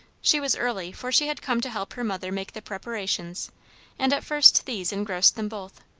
she was early, for she had come to help her mother make the preparations and at first these engrossed them both.